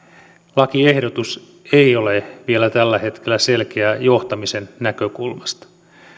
lakiehdotus ei ole vielä tällä hetkellä selkeä johtamisen näkökulmasta